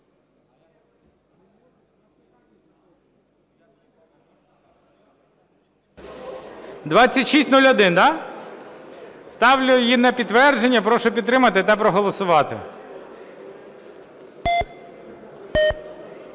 мабуть. Ставлю її на підтвердження. Прошу підтримати та проголосувати.